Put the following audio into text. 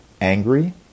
angry